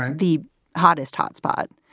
ah the hottest hot spot.